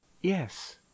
Yes